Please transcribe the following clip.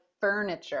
furniture